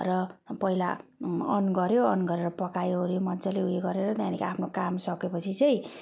पहिला अन गर्यो अन गरेर पकायो ओर्यो मजाले उयो गरेर त्यहाँदेखि आफ्नो काम सके पछि चाहिँ